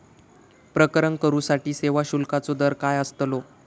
प्रकरण करूसाठी सेवा शुल्काचो दर काय अस्तलो?